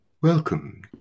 Welcome